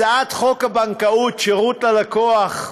הצעת חוק הבנקאות (שירות ללקוח),